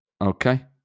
Okay